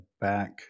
back